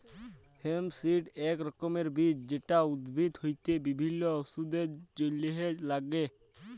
hemp seed এক রকমের বীজ যেটা উদ্ভিদ হইতে বিভিল্য ওষুধের জলহে লাগ্যে